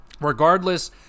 regardless